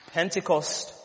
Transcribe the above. Pentecost